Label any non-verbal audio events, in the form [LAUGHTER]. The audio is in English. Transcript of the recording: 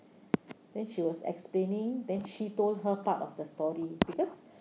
then she was explaining then she told her part of the story because [BREATH]